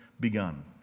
begun